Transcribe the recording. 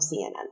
CNN